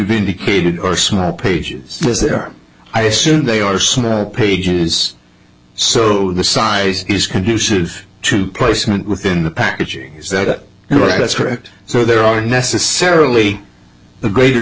indicated are small pages with their i assume they are small pages so the size is conducive to placement within the packaging is that right that's correct so there are necessarily a greater